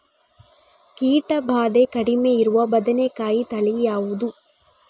ಕೀಟ ಭಾದೆ ಕಡಿಮೆ ಇರುವ ಬದನೆಕಾಯಿ ತಳಿ ಯಾವುದು?